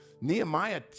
Nehemiah